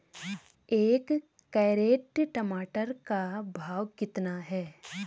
एक कैरेट टमाटर का भाव कितना है?